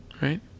Right